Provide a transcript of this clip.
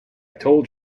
told